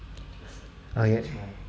ah ya